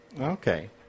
Okay